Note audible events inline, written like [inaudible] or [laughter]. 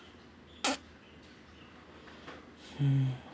[noise] hmm